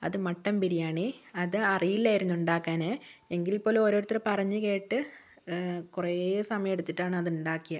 അത് മട്ടൻ ബിരിയാണി അത് അറിയില്ലായിരുന്നു ഉണ്ടാക്കാൻ എങ്കിൽപ്പോലും ഓരോരുത്തർ പറഞ്ഞു കേട്ട് കുറേ സമയമെടുത്തിട്ടാണ് അതുണ്ടാക്കിയത്